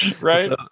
Right